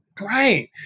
Right